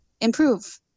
improve